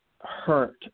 hurt